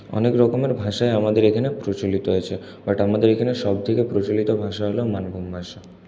অনেক রকমের ভাষাই আমাদের এখানে প্রচলিত আছে বাট আমাদের এখানে সবথেকে প্রচলিত ভাষা হলো মানভূম ভাষা